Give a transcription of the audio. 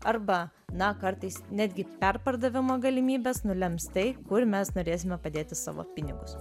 arba na kartais netgi perpardavimo galimybės nulems tai kur mes norėsime padėti savo pinigus